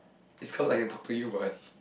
is cause I can talk to you what